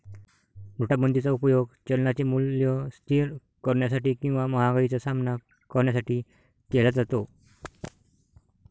नोटाबंदीचा उपयोग चलनाचे मूल्य स्थिर करण्यासाठी किंवा महागाईचा सामना करण्यासाठी केला जातो